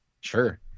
sure